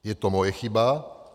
Je to moje chyba.